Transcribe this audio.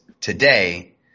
today